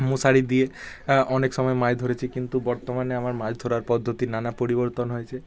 মশারি দিয়ে অনেক সময় মাছ ধরেছি কিন্তু বর্তমানে আমার মাছ ধরার পদ্ধতি নানা পরিবর্তন হয়েছে